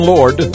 Lord